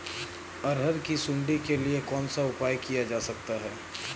अरहर की सुंडी के लिए कौन सा उपाय किया जा सकता है?